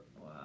Wow